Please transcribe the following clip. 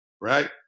right